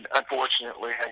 unfortunately